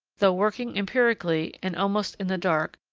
though working empirically, and almost in the dark,